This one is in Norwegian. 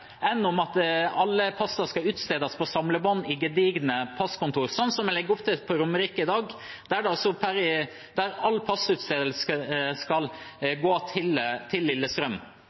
om alle pass skal utstedes på samlebånd i gedigne passkontor, slik en legger opp til på Romerike i dag, der all passutstedelse skal legges til Lillestrøm.